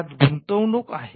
यात गुंतवणूक आहे